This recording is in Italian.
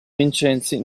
vincenzi